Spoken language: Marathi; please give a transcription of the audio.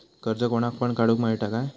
कर्ज कोणाक पण काडूक मेलता काय?